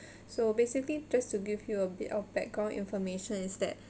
so basically just to give you a bit of background information is that